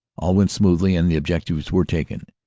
all went smoothly and the objectiv s were taken.